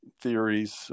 theories